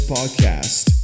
Podcast